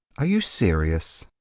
are you serious?